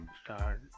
start